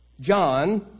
John